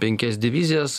penkias divizijas